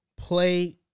play